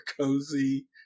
cozy